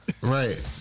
Right